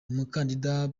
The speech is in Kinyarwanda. umukandida